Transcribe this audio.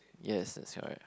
yes that's right